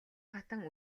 хатан